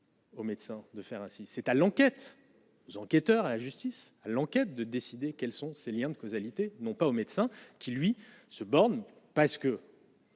Aux médecins de faire ainsi, c'est à l'enquête aux enquêteurs à la justice, l'enquête de décider quels sont ses Liens de causalité, non pas au médecin qui lui se borne parce que.